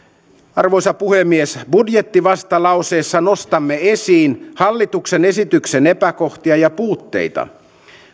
arvoisa puhemies budjettivastalauseessa nostamme esiin hallituksen esityksen epäkohtia ja puutteita